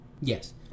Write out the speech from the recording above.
Yes